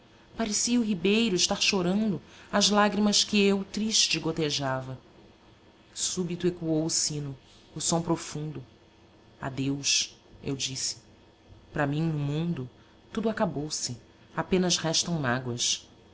parecia o ribeiro estar chorando as lágrimas que eu triste gotejava súbito ecoou o sino o som profundo adeus eu disse para mim no mundo tudo acabou-se apenas restam mágoas